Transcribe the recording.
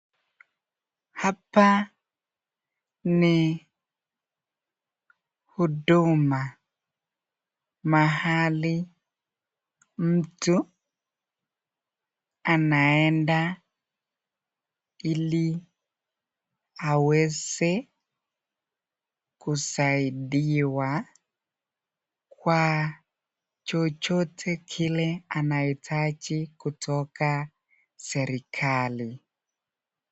Hapa ni huduma mahali mtu anaenda ili aweze kusaidiwa kwa chochote kile inahitaji kutoka serekali.